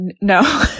no